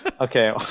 Okay